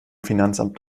finanzamt